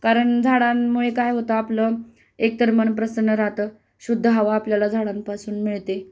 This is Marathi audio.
कारण झाडांमुळे काय होतं आपलं एकतर मन प्रसन्न राहतं शुद्ध हवा आपल्याला झाडांपासून मिळते